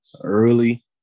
early